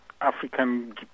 African